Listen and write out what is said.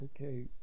okay